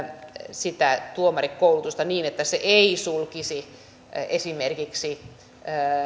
sitä tuomarikoulutusta niin että se ei sulkisi esimerkiksi